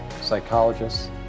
psychologists